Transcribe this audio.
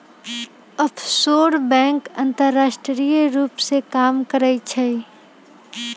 offshore bank अंतरराष्ट्रीय रूप से काम करइ छइ